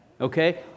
Okay